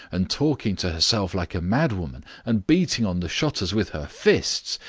and talking to herself like a mad woman and beating on the shutters with her fists,